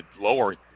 lower